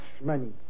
money